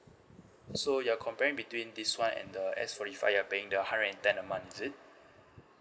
so you're comparing between this one and the S forty five you're paying the hundred and ten a month is it